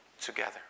Together